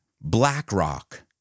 BlackRock